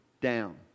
down